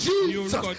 Jesus